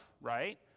right